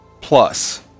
plus